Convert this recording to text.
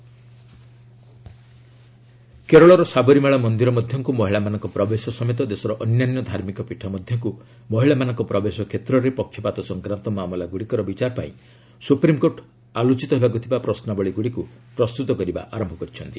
SC Sabarimala କେରଳର ସାବରିମାଳା ମାନ୍ଦିର ମଧ୍ୟକୁ ମହିଳାମାନଙ୍କ ପ୍ରବେଶ ସମେତ ଦେଶର ଅନ୍ୟାନ୍ୟ ଧାର୍ମିକ ପୀଠ ମଧ୍ୟକୁ ମହିଳାମାନଙ୍କ ପ୍ରବେଶ କ୍ଷେତ୍ରରେ ପକ୍ଷପାତ ସଂକ୍ରାନ୍ତ ମାମଲାଗୁଡ଼ିକର ବିଚାର ପାଇଁ ସୁପ୍ରିମ୍କୋର୍ଟ ଆଲୋଚିତ ହେବାକୁ ଥିବା ପ୍ରଶ୍ନାବଳୀଗୁଡ଼ିକୁ ପ୍ରସ୍ତୁତ କରିବା ଆରମ୍ଭ କରିଛନ୍ତି